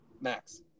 Max